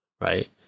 right